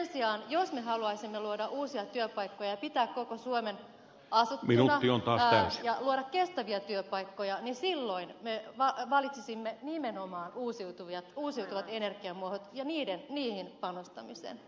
sen sijaan jos me haluaisimme luoda uusia työpaikkoja pitää koko suomen asuttuna ja luoda kestäviä työpaikkoja silloin me valitsisimme nimenomaan uusiutuvat energiamuodot ja niihin panostamisen